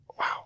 Wow